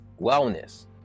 wellness